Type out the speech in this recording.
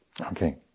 Okay